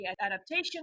adaptation